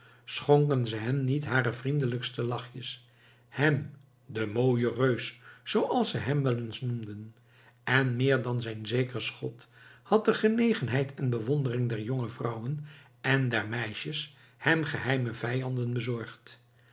schonken ze hem niet hare vriendelijkste lachjes hem den mooien reus zooals ze hem wel eens noemden en meer dan zijn zeker schot had de genegenheid en bewondering der jonge vrouwen en der meisjes hem geheime vijanden bezorgd